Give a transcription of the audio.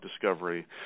discovery